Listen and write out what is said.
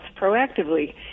proactively